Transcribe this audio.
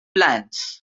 plans